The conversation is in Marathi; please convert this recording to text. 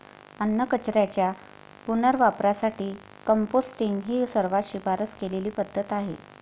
अन्नकचऱ्याच्या पुनर्वापरासाठी कंपोस्टिंग ही सर्वात शिफारस केलेली पद्धत आहे